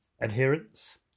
Adherence